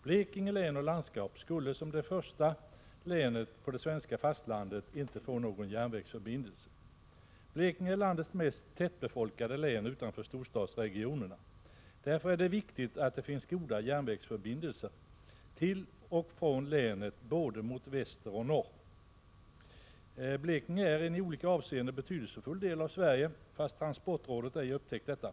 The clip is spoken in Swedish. Blekinge län och landskap blir, som det första länet på fastlandet, utan järnvägsförbindelser. Blekinge är landets mest tätbefolkade län utanför storstadsregionerna. Därför är det viktigt att det finns goda järnvägsförbindelser till och från länet både mot väster och norr. Blekinge är en i olika avseenden betydelsefull del av Sverige, fast transportrådet ej upptäckt detta.